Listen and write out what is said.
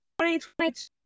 2022